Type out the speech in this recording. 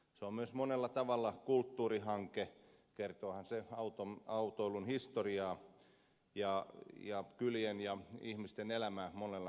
se on myös monella tavalla kulttuurihanke kertoohan se autoilun historiasta ja kylien ja ihmisten elämästä monella eri tavalla